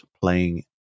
playing